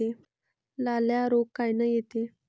लाल्या रोग कायनं येते?